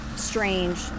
strange